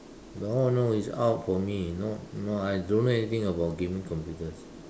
no no it's out for me no no I don't know anything about gaming computers